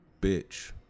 bitch